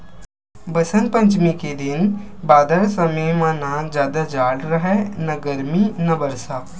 बसंत पंचमी के दिन बादर समे म न जादा जाड़ राहय न गरमी न बरसा